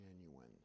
genuine